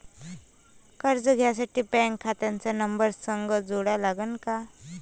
कर्ज घ्यासाठी बँक खात्याचा नंबर संग जोडा लागन का?